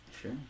Sure